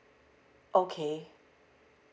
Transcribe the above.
okay